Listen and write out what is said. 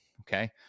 Okay